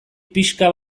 pixka